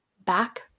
back